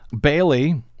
Bailey